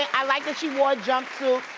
it. i like that she wore a jumpsuit.